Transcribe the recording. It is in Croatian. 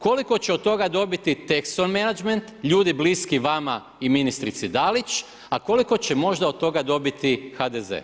Koliko će od toga dobiti Texo Menagment, ljudi bliski vama i ministrici Dalić, a koliko će možda od toga dobiti HDZ?